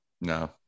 No